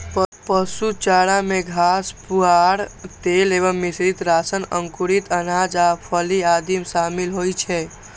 पशु चारा मे घास, पुआर, तेल एवं मिश्रित राशन, अंकुरित अनाज आ फली आदि शामिल होइ छै